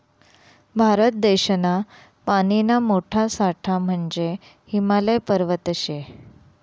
भारत देशना पानीना मोठा साठा म्हंजे हिमालय पर्वत शे